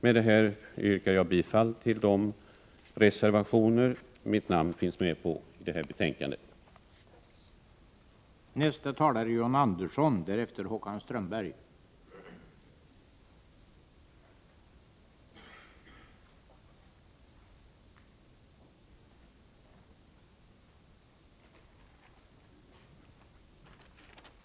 Med det anförda yrkar jag bifall till de reservationer i detta betänkande som mitt namn finns med på.